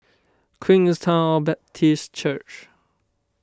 Queenstown Baptist Church